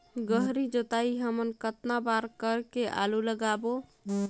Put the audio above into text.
गहरी जोताई हमन कतना बार कर के आलू लगाबो?